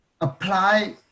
apply